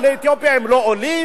עולי אתיופיה הם לא עולים?